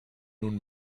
nun